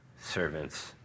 servants